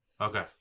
Okay